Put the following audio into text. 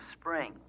spring